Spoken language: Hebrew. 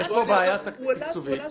יש פה בעיה תקציבית.